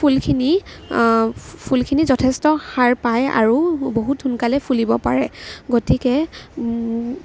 ফুলখিনি ফুলখিনি যথেষ্ট সাৰ পায় আৰু বহুত সোনকালে ফুলিব পাৰে গতিকে